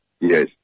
Yes